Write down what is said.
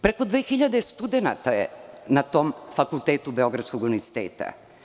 Preko 2000 studenata je na tom fakultetu Beogradskog univerziteta.